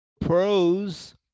Pros